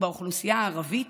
באוכלוסייה הערבית